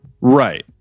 Right